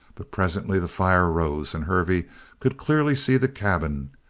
but presently the fire rose and hervey could clearly see the cabin,